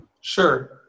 Sure